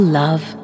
love